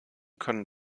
können